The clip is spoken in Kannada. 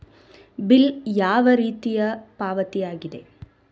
ಬಿಲ್ ಯಾವ ರೀತಿಯ ಪಾವತಿಯಾಗಿದೆ?